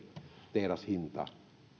tehdashinta